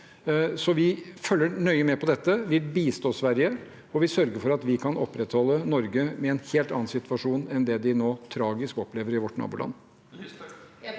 Vi følger nøye med på dette, vi bistår Sverige, og vi sørger for at vi kan opprettholde Norge med en helt annen situasjon enn det de nå så tragisk opplever i vårt naboland.